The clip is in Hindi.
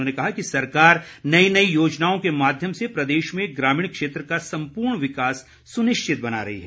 उन्होंने कहा कि सरकार नई नई योजनाओं के माध्यम से प्रदेश में ग्रामीण क्षेत्र का संपूर्ण विकास सुनिश्चित बना रही है